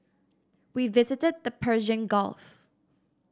we visited the Persian Gulf